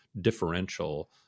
differential